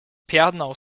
piano